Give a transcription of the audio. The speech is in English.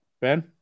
Ben